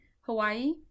Hawaii